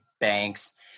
banks